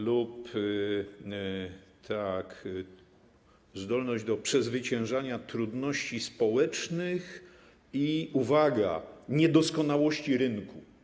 Dalej: zdolność do przezwyciężania trudności społecznych i - uwaga - niedoskonałości rynku.